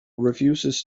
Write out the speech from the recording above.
refuses